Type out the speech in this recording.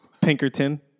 Pinkerton